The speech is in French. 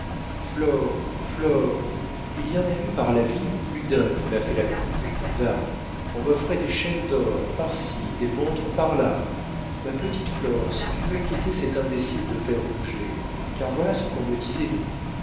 il y en a eu par la ville plus d'un qui m'a fait la cour da on m'offrait des chaînes d'or par ci des montres par là ma petite flore si tu veux quitter cet imbécile de père rouget car voilà ce qu'on me disait de vous